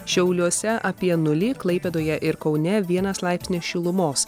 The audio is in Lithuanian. šiauliuose apie nulį klaipėdoje ir kaune vienas laipsnis šilumos